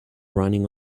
running